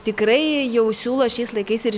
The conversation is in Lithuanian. tikrai jau siūlo šiais laikais ir